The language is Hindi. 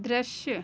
दृश्य